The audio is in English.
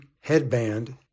headband